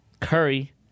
Curry